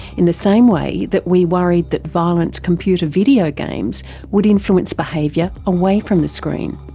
in the same way that we worried that violent computer video games would influence behaviour away from the screen?